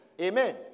Amen